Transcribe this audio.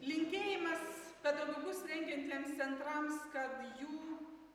linkėjimas pedagogus rengiantiems centrams kad jų